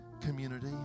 community